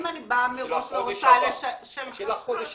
אם אני באה מראש --- עבד אל חכים חאג'